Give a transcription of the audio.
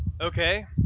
Okay